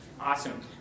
Awesome